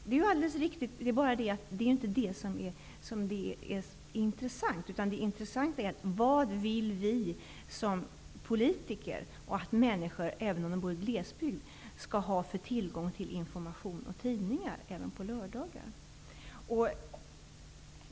Det är alldeles riktigt, men det är bara det att det inte är detta som är intressant, utan det intressanta är: Vilken tillgång vill vi som politiker att människor, även om de bor i glesbygd, skall ha till tidningar även på lördagar?